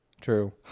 True